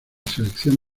selección